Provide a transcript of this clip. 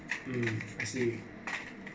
mm I see